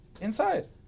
inside